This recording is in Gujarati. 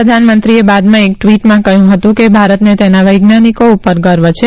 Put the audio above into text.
પ્રધાનમંત્રીએ બાદમાં એક ટવીટમાં કહયું કેભારતને તેના વૈજ્ઞાનિકો પર ગર્વ છે